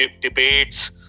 debates